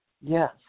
Yes